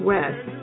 West